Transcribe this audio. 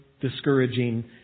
discouraging